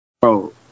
Bro